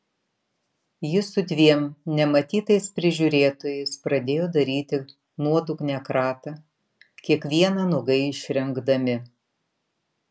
jis su dviem nematytais prižiūrėtojais pradėjo daryti nuodugnią kratą kiekvieną nuogai išrengdami